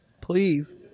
Please